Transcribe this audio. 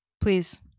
Please